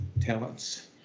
talents